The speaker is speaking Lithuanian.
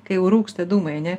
kai jau rūksta dūmai ane